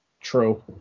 True